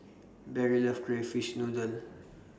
Barry loves Crayfish Noodle